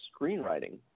screenwriting